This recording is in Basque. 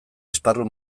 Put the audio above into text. esparru